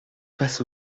face